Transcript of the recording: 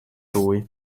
lui